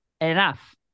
enough